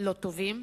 לא טובים,